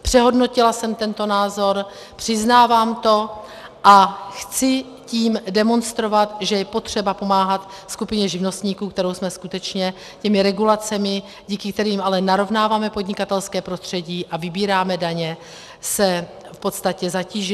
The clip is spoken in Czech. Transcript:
Přehodnotila jsem tento názor, přiznávám to, a chci tím demonstrovat, že je potřeba pomáhat skupině živnostníků, kterou jsme skutečně těmi regulacemi, díky kterým ale narovnáváme podnikatelské prostředí a vybíráme daně, v podstatě zatížili.